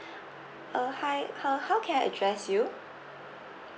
uh hi uh how can I address you